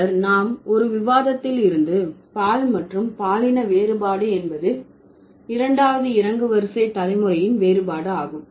பின்னர் நாம் ஒரு விவாதத்தில் இருந்து பால் மற்றும் பாலின வேறுபாடு என்பது இரண்டாவது இறங்குவரிசை தலைமுறையின் வேறுபாடு ஆகும்